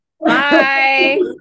Bye